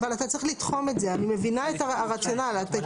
אנחנו